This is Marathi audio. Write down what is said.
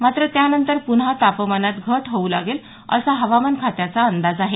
मात्र त्यानंतर पुन्हा तापमानात घट होऊ लागेल असा हवामान खात्याचा अंदाज आहे